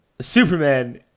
Superman